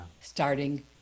starting